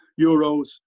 Euros